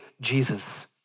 Jesus